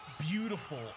beautiful